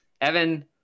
Evan